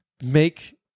make